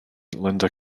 linda